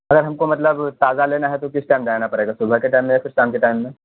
اگر ہم کو مطلب تازہ لینا ہے تو کس ٹائم جانا پڑے گا صبح کے ٹائم میں یا پھر شام کے ٹائم میں